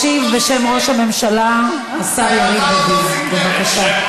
ישיב, בשם ראש הממשלה, השר יריב לוין, בבקשה.